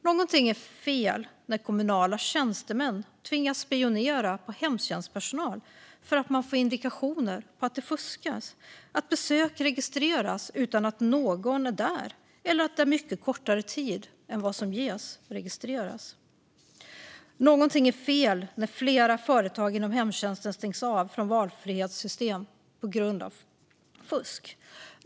Någonting är fel när kommunala tjänstemän tvingas spionera på hemtjänstpersonal för att man får indikationer på att det fuskas, att besök registreras utan att någon är där eller är där mycket kortare tid än vad som registreras. Någonting är fel när flera företag inom hemtjänsten stängs av från valfrihetssystem på grund av fusk.